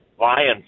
Lions